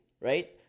right